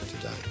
today